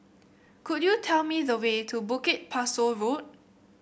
could you tell me the way to Bukit Pasoh Road